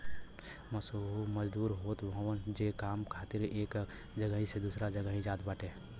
मजदूर होत हवन जे काम खातिर एक जगही से दूसरा जगही जात बाटे